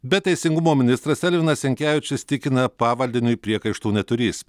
bet teisingumo ministras elvinas jankevičius tikina pavaldiniui priekaištų neturįs